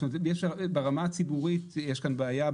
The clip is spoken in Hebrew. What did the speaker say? זאת אומרת, ברמה הציבורית יש כאן בעיה.